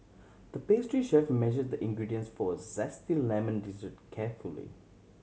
the pastry chef measured the ingredients for a zesty lemon dessert carefully